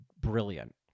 brilliant